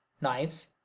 knives